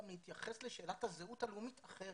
גם להתייחס לשאלת הזהות הלאומית אחרת,